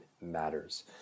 matters